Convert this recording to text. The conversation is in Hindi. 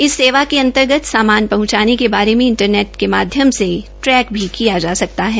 इस सेवा के अंतर्गत सामान पहचानें के बारे में इंटरनेट के माध्यम से ट्रैक भी किया जा सकता है